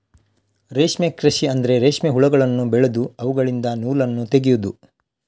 ರೇಷ್ಮೆ ಕೃಷಿ ಅಂದ್ರೆ ರೇಷ್ಮೆ ಹುಳಗಳನ್ನು ಬೆಳೆದು ಅವುಗಳಿಂದ ನೂಲನ್ನು ತೆಗೆಯುದು